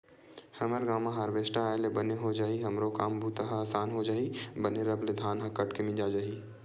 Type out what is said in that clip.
हमर गांव म हारवेस्टर आय ले बने हो जाही हमरो काम बूता ह असान हो जही बने रब ले धान ह कट के मिंजा जाही